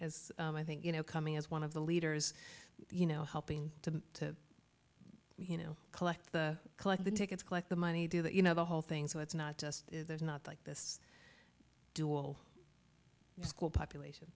as i think you know coming as one of the leaders you know helping to you know collect the collect the tickets collect the money do that you know the whole thing so it's not just there's not like this dual school population